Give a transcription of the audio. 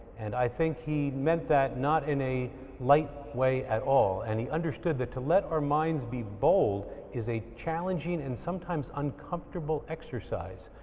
and i think he meant that not in a light way at all and he understood that to let our minds be bold is a challenging and sometimes uncomfortable exercise.